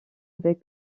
avec